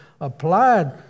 applied